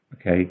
Okay